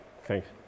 Thanks